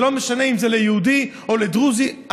זה לא משנה אם זה ליהודי או לדרוזי,